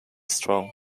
strong